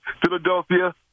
Philadelphia